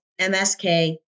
MSK